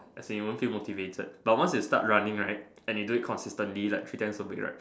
as in you won't feel motivated but once you start running right and you do it consistently like three times a week right